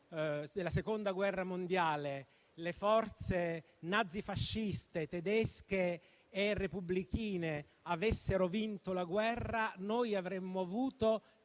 della Seconda guerra mondiale le forze nazifasciste tedesche e repubblichine avessero vinto la guerra, noi avremmo avuto